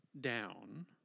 down